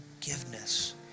forgiveness